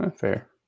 Fair